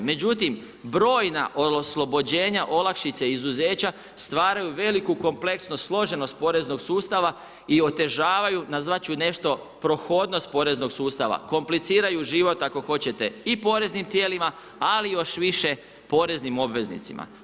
Međutim, brojna oslobođenja olakšice i izuzeća stvaraju veliku kompleksnost, složenost poreznog sustava i otežavaju, nazvati ću nešto prohodnost poreznog sustava, kompliciraju život ako hoćete i poreznim tijelima ali još više poreznim obveznicima.